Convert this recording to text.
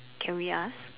can we ask